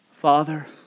Father